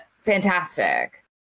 fantastic